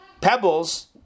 pebbles